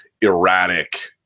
erratic